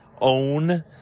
own